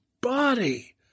body